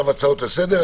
הצעות לסדר.